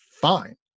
fine